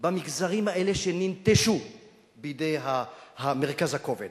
במגזרים האלה שננטשו בידי מרכז הכובד.